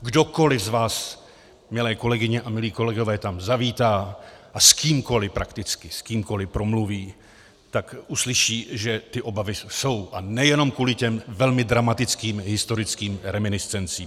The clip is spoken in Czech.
Kdokoli z vás, milé kolegyně a milí kolegové, tam zavítá a s kýmkoli, prakticky s kýmkoli promluví, tak uslyší, že ty obavy jsou, a nejenom kvůli těm velmi dramatickým historickým reminiscencím.